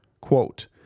Quote